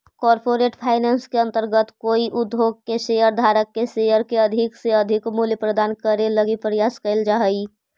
corporate finance के अंतर्गत कोई उद्योग के शेयर धारक के शेयर के अधिक से अधिक मूल्य प्रदान करे लगी प्रयास कैल जा हइ